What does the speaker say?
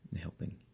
helping